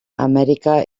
amèrica